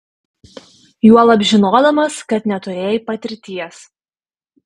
juolab žinodamas kad neturėjai patirties